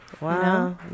Wow